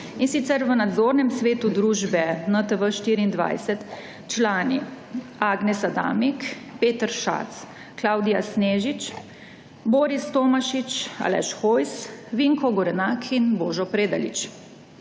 in sicer v nadzornem svetu družbe NTV24 člani: Agnes Adamik, Peter Schatz, Klavdija Snežič, Boris Tomašič, Aleš Hojs, Vinko Gorenak in Božo Predalič.